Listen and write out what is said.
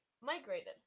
migrated